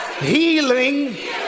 healing